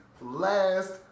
last